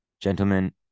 Gentlemen